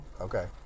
Okay